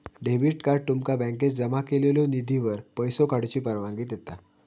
debit card तुमका बँकेत जमा केलेल्यो निधीवर पैसो काढूची परवानगी देता